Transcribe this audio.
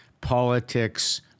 politics